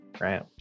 right